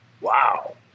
wow